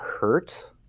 hurt